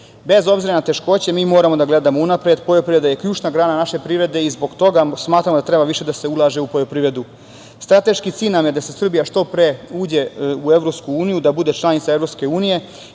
EU.Bez obzira na teškoće mi moramo da gledamo unapred. Poljoprivreda je ključna grana naše privrede i zbog toga smatramo da treba više da se ulaže u poljoprivredu. Strateški cilj nam je da Srbija što pre uđe u EU, da bude članica EU,